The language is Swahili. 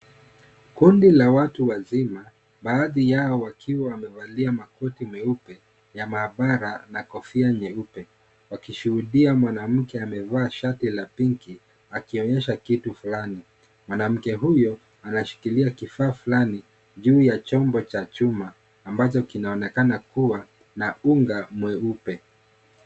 Kundi la watu wazima baadhi yao wakiwa wamevalia makoti meupe ya maabara na kofia nyeupe; wakishuhudia mwanamke amevaa shati la pinki akionyesha kitu fulani. Mwanamke huyo anashikilia kifaa fulani juu ya chombo cha chuma ambacho kinaonekana kuwa na unga mweupe.